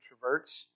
introverts